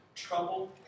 trouble